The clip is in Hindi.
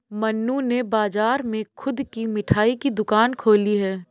मन्नू ने बाजार में खुद की मिठाई की दुकान खोली है